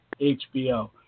HBO